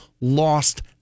lost